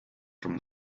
from